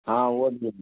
ہاں وہ بھی ہے